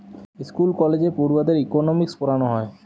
school কলেজে পড়ুয়াদের economics পোড়ানা হয়